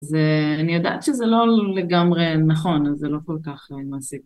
אני יודעת שזה לא לגמרי נכון, אז זה לא כל כך מעסיק.